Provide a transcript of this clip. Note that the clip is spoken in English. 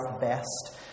best